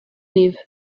live